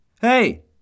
Hey